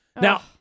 Now